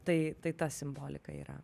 tai tai ta simbolika yra